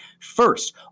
first